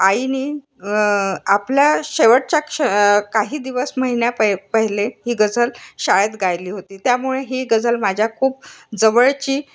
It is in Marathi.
आईनी आपल्या शेवटच्या क्ष काही दिवस महिन्या पै पहिले ही गझल शाळेत गायली होती त्यामुळे ही गझल माझ्या खूप जवळची